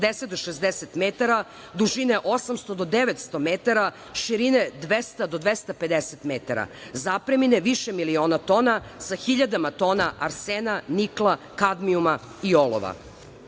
do 60 metara, dužine 800 do 900 metara, širine 200 do 250 metara, zapremine više miliona tona, sa hiljadama tona arsena, nikla, kadmijuma i olova.U